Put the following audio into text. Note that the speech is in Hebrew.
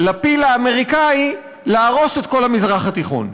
לפיל האמריקני להרוס את כל המזרח התיכון.